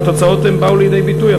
והתוצאות באו לידי ביטוי.